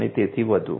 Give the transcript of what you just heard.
અને તેથી વધુ